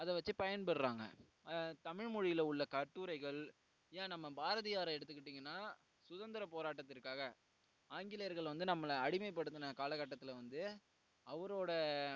அதை வச்சு பயன் பெற்றாங்க தமிழ் மொழியில் உள்ள கட்டுரைகள் ஏன் நம்ம பாரதியாரை எடுத்துக்கிட்டிங்கனா சுதந்திர போராட்டத்திற்காக ஆங்கிலேயர்கள் வந்து நம்மளை அடிமை படுத்தின காலகட்டத்தில் வந்து அவரோட